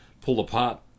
pull-apart